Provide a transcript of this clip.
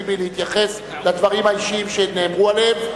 הכנסת טיבי להגיב על הדברים האישיים שנאמרו עליהם.